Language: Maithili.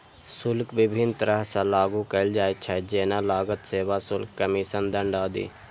शुल्क विभिन्न तरह सं लागू कैल जाइ छै, जेना लागत, सेवा शुल्क, कमीशन, दंड आदि